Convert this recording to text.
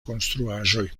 konstruaĵoj